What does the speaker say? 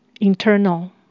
internal